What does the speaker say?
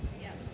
Yes